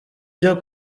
byo